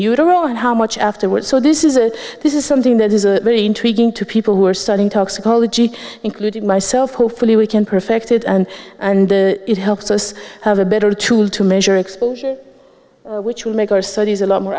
utero and how much afterwards so this is a this is something that is a very intriguing to people who are studying toxicology including myself hopefully we can perfect it and and it helps us have a better tool to measure exposure which will make our studies a lot more